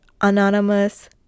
anonymous